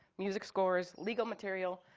music scores, legal material,